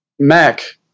Mac